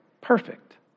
perfect